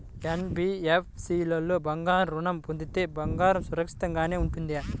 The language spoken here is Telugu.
ఎన్.బీ.ఎఫ్.సి లో బంగారు ఋణం పొందితే బంగారం సురక్షితంగానే ఉంటుందా?